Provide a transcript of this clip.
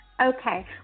Okay